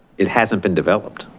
it hasn't been developed.